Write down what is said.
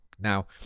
Now